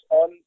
on